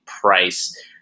price